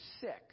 sick